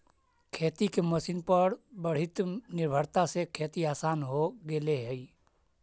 खेती के मशीन पर बढ़ीत निर्भरता से खेती आसान हो गेले हई